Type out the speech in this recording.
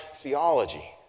theology